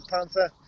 Panther